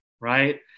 Right